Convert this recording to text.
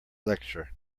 lecture